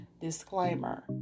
disclaimer